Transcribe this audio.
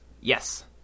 Yes